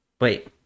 Wait